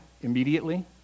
immediately